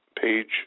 Page